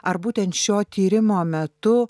ar būtent šio tyrimo metu